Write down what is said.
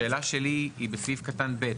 השאלה שלי היא בסעיף קטן ב',